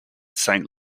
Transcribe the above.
saint